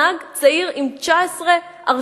נהג צעיר עם 19 הרשעות.